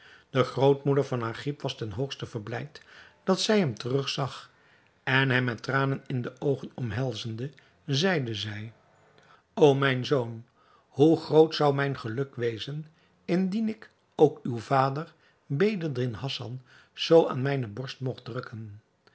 de grootmoeder van agib was ten hoogste verblijd dat zij hem terug zag en hem met tranen in de oogen omhelzende zeide zij o mijn zoon hoe groot zou mijn geluk wezen indien ik ook uw vader bedreddin hassan zoo aan mijne borst mogt drukken